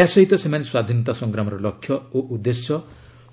ଏହା ସହିତ ସେମାନେ ସ୍ୱାଧୀନତା ସଂଗ୍ରାମର ଲକ୍ଷ୍ୟ ଓ ଉଦ୍ଦେଶ୍ୟ